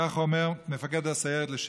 ככה אומר מפקד הסיירת לשעבר.